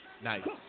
Nice